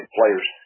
players